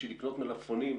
כדי לקנות מלפפונים,